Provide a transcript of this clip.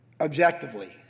objectively